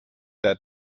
der